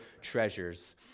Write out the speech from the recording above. treasures